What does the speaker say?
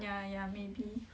ya ya maybe